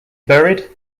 buried